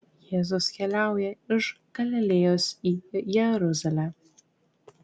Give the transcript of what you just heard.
jėzus keliauja iš galilėjos į jeruzalę